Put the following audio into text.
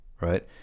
Right